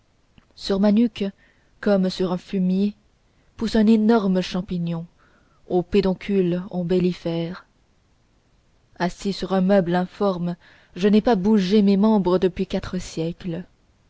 sur ma nuque comme sur un fumier pousse un énorme champignon aux pédoncules ombellifères assis sur un meuble informe je n'ai pas bougé mes membres depuis quatre siècles